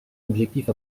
objectifs